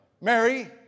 Mary